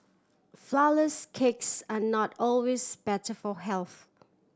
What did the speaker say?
flourless cakes are not always better for health